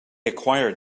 acquired